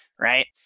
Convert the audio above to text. Right